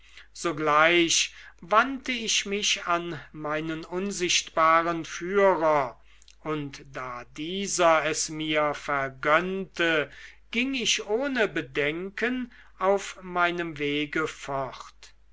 sogleich wandte ich mich an meinen unsichtbaren führer und da dieser es mir vergönnte ging ich ohne bedenken auf meinem wege fort